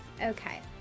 okay